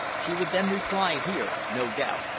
she would then reply here, no doubt.